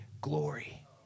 glory